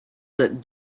look